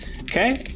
Okay